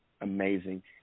amazing